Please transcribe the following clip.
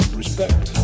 respect